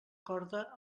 corda